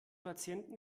patienten